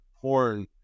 porn